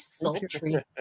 sultry